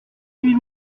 huit